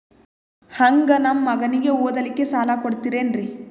ಹಂಗ ನಮ್ಮ ಮಗನಿಗೆ ಓದಲಿಕ್ಕೆ ಸಾಲ ಕೊಡ್ತಿರೇನ್ರಿ?